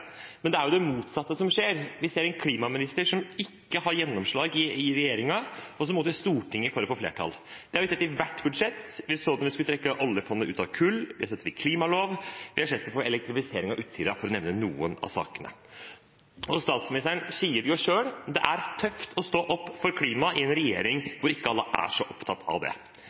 Men det er det motsatte som skjer. Vi ser en klimaminister som ikke har gjennomslag i regjeringen, og som må til Stortinget for å få flertall. Det har vi sett i hvert budsjett. Vi så det da vi skulle trekke oljefondet ut av kull, vi har sett det ved klimaloven, og vi har sett det i elektrifiseringen av Utsira for å nevne noen av sakene. Statsministeren sier jo selv at det er tøft å stå opp for klimaet i en regjering